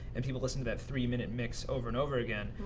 and people listen to that three minute mix over and over again.